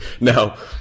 no